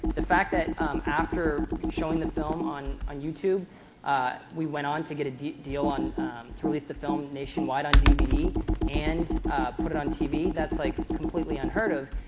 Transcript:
the fact that after showing the film on on youtube we went on to get a deal deal to release the film nationwide on dvd and put it on tv, that's like completely unheard of.